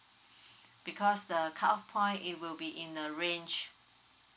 because the cut point it will be in a range